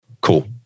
Cool